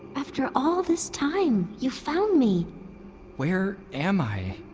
after all this time, you found me where am i?